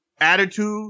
attitude